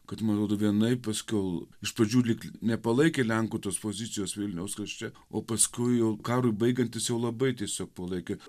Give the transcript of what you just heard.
kad ma rodo vienaip paskiau iš pradžių lyg nepalaikė lenkų tos pozicijos vilniaus krašte o paskuijau karui baigiantis jau labai tiesiog palaikė